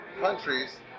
countries